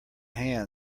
hand